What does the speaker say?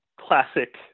classic